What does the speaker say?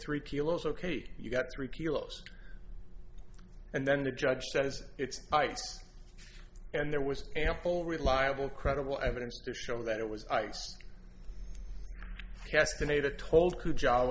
three kilos ok you got three kilos and then the judge says it's ice and there was ample reliable credible evidence to show that it was ice cast the native told who jo